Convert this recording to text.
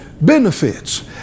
benefits